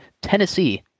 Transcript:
Tennessee